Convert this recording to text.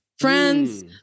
friends